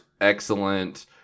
excellent